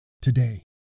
today